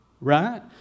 right